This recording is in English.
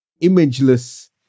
imageless